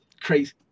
crazy